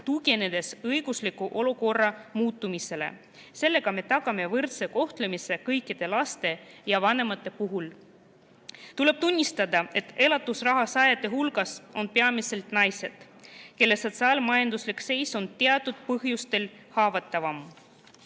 tuginedes õigusliku olukorra muutumisele. Sellega me tagame võrdse kohtlemise kõikide laste ja vanemate puhul. Tuleb tunnistada, et elatusraha saajate hulgas on peamiselt naised, kelle sotsiaal-majanduslik seisund teatud põhjustel on haavatavam.